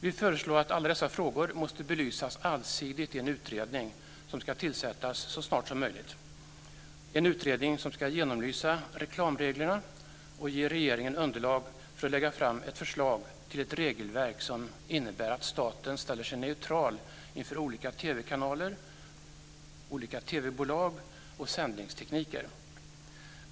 Vi föreslår att alla dessa frågor måste allsidigt belysas i en utredning som ska tillsättas så snart som möjligt. Det ska vara en utredning som ska genomlysa reklamreglerna och ge regeringen underlag för att lägga fram förslag till ett regelverk som innebär att staten ställer sig neutral inför olika TV-kanaler, olika TV-bolag och sändningstekniker.